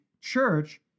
church